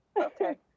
Okay